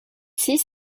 six